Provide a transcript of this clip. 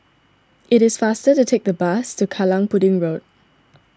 it is faster to take the bus to Kallang Pudding Road